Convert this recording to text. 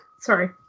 sorry